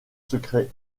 secrets